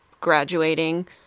graduating